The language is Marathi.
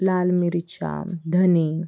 लाल मिरच्या धने